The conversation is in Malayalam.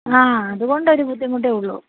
ആ അതുകൊണ്ട് ഒരു ബുദ്ധിമുട്ടേ ഉള്ളൂ